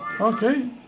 Okay